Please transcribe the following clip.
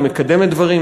היא מקדמת דברים,